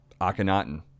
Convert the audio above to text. Akhenaten